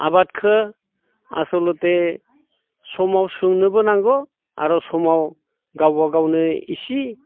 आबादखौ आसलथे समाव सोंनोबो नांगौ आरो समाव गावबागावनो इसे